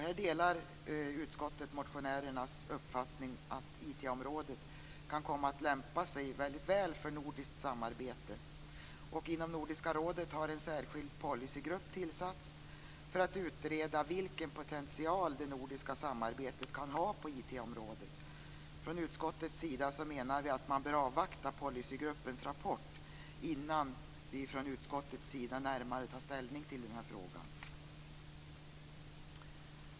Här delar utskottet motionärernas uppfattning att IT-området kan komma att lämpa sig väl för nordiskt samarbete. Inom Nordiska rådet har en särskild policygrupp tillsatts för att utreda vilken potential det nordiska samarbetet kan ha på IT-området. Från utskottets sida menar vi att man bör avvakta policygruppens rapport innan vi från utskottets sida närmare tar ställning till den frågan.